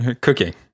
Cooking